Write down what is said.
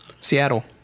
Seattle